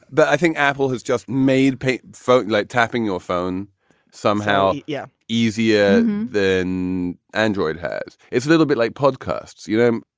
but i think apple has just made pate folk like tapping your phone somehow. yeah. easier than android has. it's a little bit like podcasts. you know,